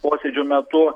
posėdžio metu